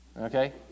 okay